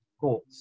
goals